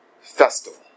festival